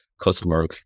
customer